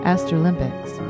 Astrolympics